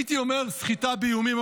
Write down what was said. הייתי אומר: סחיטה באיומים.